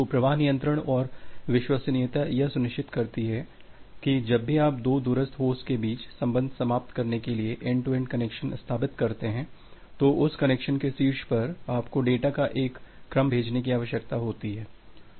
तो प्रवाह नियंत्रण और विश्वसनीयता यह सुनिश्चित करती है कि जब भी आप दो दूरस्थ होस्ट्स के बीच संबंध समाप्त करने के लिए एन्ड टू एन्ड कनेक्शन स्थापित करते हैं तो उस कनेक्शन के शीर्ष पर आपको डेटा का एक क्रम भेजने की आवश्यकता होती है